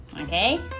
Okay